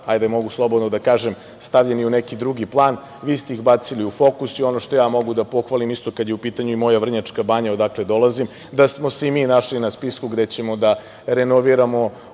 mogu slobodno da kažem stavljeni u neki drugi plan, a vi ste ih ubacili u fokus i ono što ja mogu da pohvalim kada je u pitanju i moja Vrnjačka Banja, odakle, dolazim, da smo se i mi našli na spisku gde ćemo da renoviramo